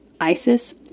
ISIS